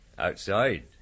Outside